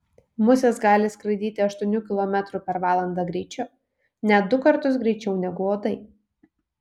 musės gali skraidyti aštuonių kilometrų per valandą greičiu net du kartus greičiau negu uodai